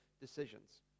decisions